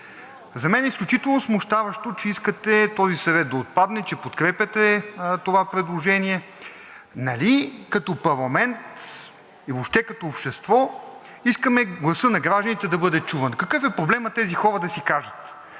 За мен е изключително смущаващо, че искате този съвет да отпадне, че подкрепяте това предложение. Нали като парламент, въобще като общество искаме гласът на гражданите да бъде чуван. Какъв е проблемът тези хора да си кажат?